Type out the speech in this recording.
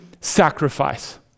sacrifice